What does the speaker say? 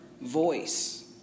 voice